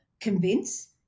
convince